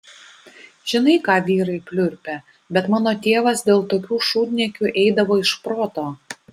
žinai ką vyrai pliurpia bet mano tėvas dėl tokių šūdniekių eidavo iš proto